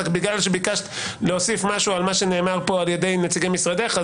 רק בגלל שביקשת להוסיף משהו על מה שנאמר פה על ידי נציגי משרדך,